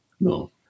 No